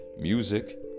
music